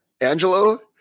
Angelo